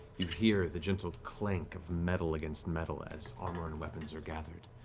you hear the gentle clank of metal against metal as armor and weapons are gathered.